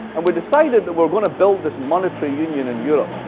and we decided that we're going to build this monetary union in europe.